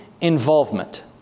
involvement